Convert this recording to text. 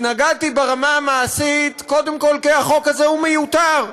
התנגדתי ברמה המעשית קודם כול כי החוק הזה הוא מיותר.